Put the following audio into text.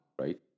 right